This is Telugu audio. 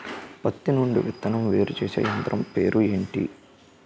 పత్తి నుండి విత్తనం వేరుచేసే యంత్రం పేరు ఏంటి